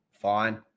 Fine